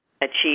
achieve